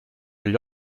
agli